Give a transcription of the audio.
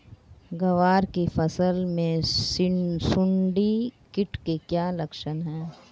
ग्वार की फसल में सुंडी कीट के क्या लक्षण है?